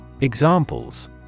Examples